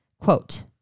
quote